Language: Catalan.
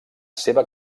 seva